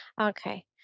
Okay